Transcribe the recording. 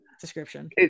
description